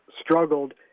struggled